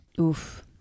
Oof